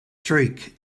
streak